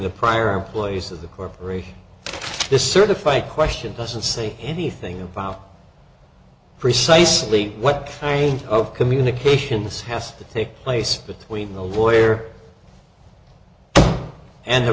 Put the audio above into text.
the prior employees of the corporation to certify question doesn't say anything about precisely what kind of communication this has to take place between the lawyer and the